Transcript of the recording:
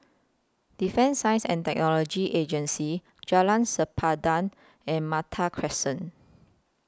Defence Science and Technology Agency Jalan Sempadan and Malta Crescent